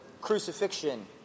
crucifixion